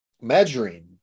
measuring